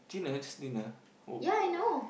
dinner just dinner w~ um